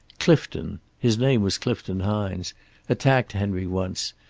clifton his name was clifton hines attacked henry once,